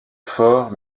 fort